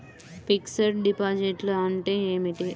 Fixed డిపాజిట్లు అంటే ఏమిటి?